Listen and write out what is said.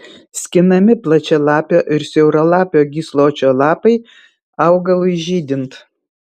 skinami plačialapio ir siauralapio gysločio lapai augalui žydint